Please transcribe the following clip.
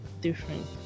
different